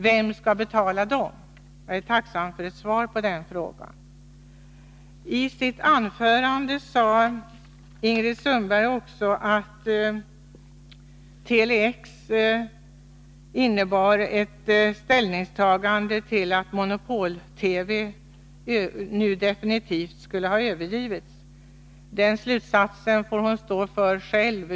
Vem skall betala dem? Jag är tacksam för ett svar. I sitt anförande sade Ingrid Sundberg att Tele-X innebar ett ställningstagande till att monopol-TV nu definitivt skulle ha övergivits. Den slutsatsen får hon stå för själv.